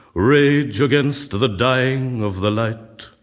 rage against the dying of the light.